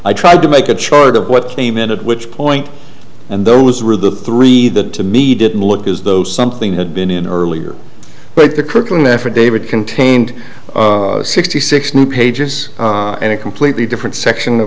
i tried to make a chart of what came in at which point and those were the three that to me didn't look as though something had been in earlier but the current affidavit contained sixty six new pages and a completely different section of